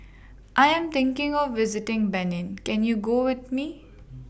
I Am thinking of visiting Benin Can YOU Go with Me